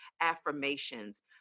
affirmations